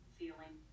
feeling